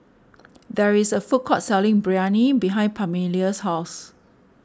there is a food court selling Biryani behind Pamelia's house